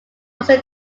also